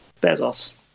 Bezos